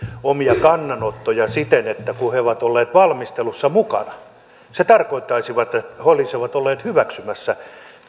omia kannanottoja siten että kun he ovat olleet valmistelussa mukana niin se tarkoittaisi sitä että he olisivat olleet hyväksymässä